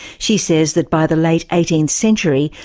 she says that by the late eighteenth century,